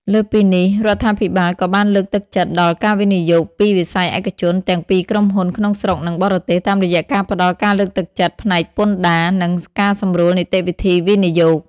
លើសពីនេះ រដ្ឋាភិបាលក៏បានលើកទឹកចិត្តដល់ ការវិនិយោគពីវិស័យឯកជន ទាំងពីក្រុមហ៊ុនក្នុងស្រុក និងបរទេស តាមរយៈការផ្តល់ការលើកទឹកចិត្តផ្នែកពន្ធដារ និងការសម្រួលនីតិវិធីវិនិយោគ។